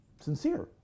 sincere